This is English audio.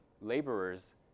laborers